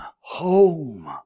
Home